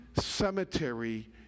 cemetery